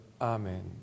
Amen